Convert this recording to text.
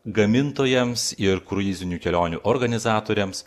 gamintojams ir kruizinių kelionių organizatoriams